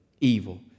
evil